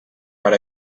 per